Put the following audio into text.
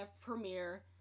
premiere